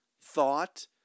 thought